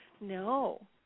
No